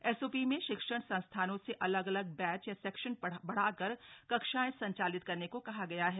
SOP में शिक्षण संस्थानों से अलग अलग बैच या सेक्शन बढ़ाकर कक्षाएं संचालित करने को कहा गया है